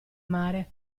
mare